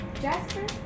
jasper